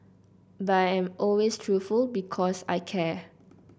but I am always truthful because I care